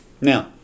Now